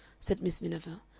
said miss miniver.